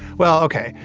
well, okay,